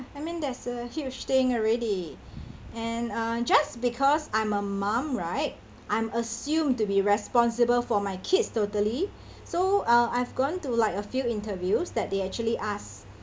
I mean that's a huge thing already and uh just because I'm a mum right I'm assumed to be responsible for my kids totally so uh I've gone to like a few interviews that they actually ask